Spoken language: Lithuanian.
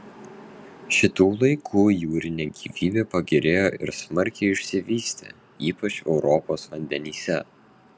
šitų laikų jūrinė gyvybė pagerėjo ir smarkiai išsivystė ypač europos vandenyse